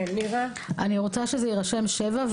אני רוצה שיירשם 7 שנים.